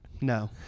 No